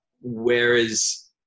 whereas